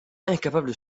incapable